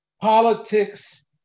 politics